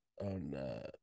on